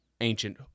ancient